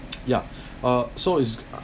ya uh so is